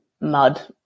mud